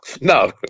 no